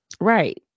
Right